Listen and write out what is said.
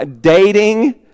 dating